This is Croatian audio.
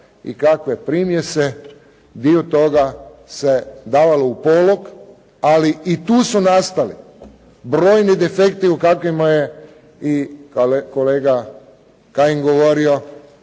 i kakve primjese, dio toga se davalo u polog, ali i tu su nastali brojni defektki o kakvima je i kolega Kajin govorio,